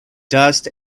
dust